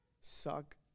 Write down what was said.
suck